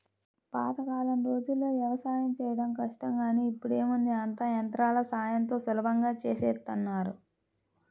పాతకాలం రోజుల్లో యవసాయం చేయడం కష్టం గానీ ఇప్పుడేముంది అంతా యంత్రాల సాయంతో సులభంగా చేసేత్తన్నారు